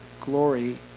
glory